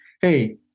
hey